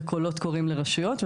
לקולות קוראים לרשויות,